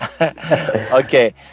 okay